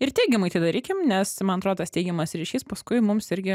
ir teigiamai tai darykim nes man atrodo tas teigiamas ryšys paskui mums irgi